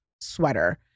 sweater